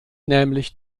nämlich